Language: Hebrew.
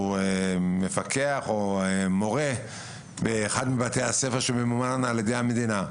שהוא מפקח או מורה באחד מבתי הספר שממומן על ידי המדינה.